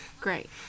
Great